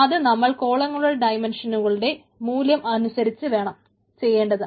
അത് നമ്മൾ കോളങ്ങളുടെ ഡൈമനിഷനുകളുടെ മൂല്യം അനുസരിച്ചു വേണം ചെയ്യേണ്ടത്